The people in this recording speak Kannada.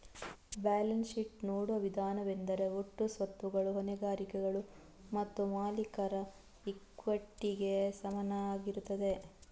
ಬ್ಯಾಲೆನ್ಸ್ ಶೀಟ್ ನೋಡುವ ವಿಧಾನವೆಂದರೆ ಒಟ್ಟು ಸ್ವತ್ತುಗಳು ಹೊಣೆಗಾರಿಕೆಗಳು ಮತ್ತು ಮಾಲೀಕರ ಇಕ್ವಿಟಿಗೆ ಸಮನಾಗಿರುತ್ತದೆ